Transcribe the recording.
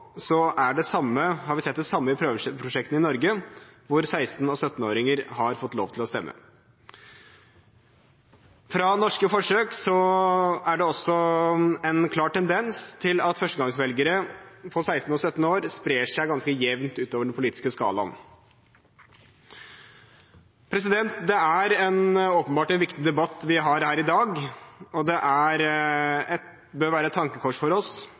har vi sett det samme i prøveprosjektene i Norge, hvor 16-åringer og 17-åringer har fått lov til å stemme. Fra norske forsøk er det også en klar tendens at førstegangsvelgere på 16–17 år sprer seg ganske jevnt utover den politiske skalaen. Det er åpenbart en viktig debatt vi har her i dag, og det bør være et tankekors for oss